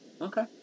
Okay